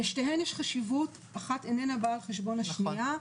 לשתיהן יש חשיבות, אחת איננה באה על חשבון השנייה.